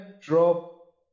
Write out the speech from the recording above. drop